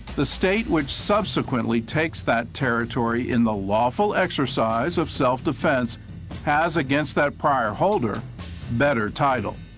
the state which subsequently takes that territory in the lawful exercise of self-defense has against that prior holder better title.